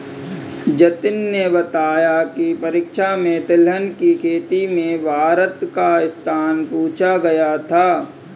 जतिन ने बताया की परीक्षा में तिलहन की खेती में भारत का स्थान पूछा गया था